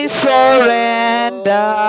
surrender